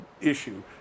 issue